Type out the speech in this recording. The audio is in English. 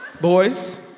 boys